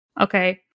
Okay